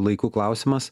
laikų klausimas